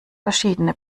verschiedene